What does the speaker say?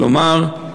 כלומר,